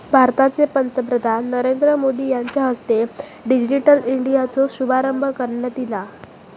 भारताचे पंतप्रधान नरेंद्र मोदी यांच्या हस्ते डिजिटल इंडियाचो शुभारंभ करण्यात ईला